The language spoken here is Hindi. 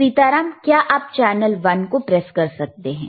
सीताराम क्या आप चैनल 1 को प्रेस कर सकते हैं